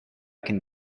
can